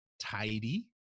Tidy